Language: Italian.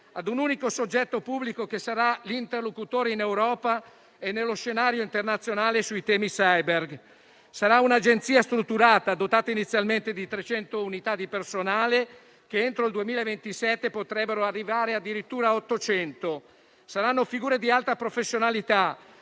ad un unico soggetto pubblico, che sarà l'interlocutore in Europa e nello scenario internazionale sui temi *cyber.* Sarà un'Agenzia strutturata, dotata inizialmente di trecento unità di personale, che entro il 2027 potrebbero arrivare addirittura a ottocento. Saranno figure di alta professionalità,